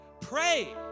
Pray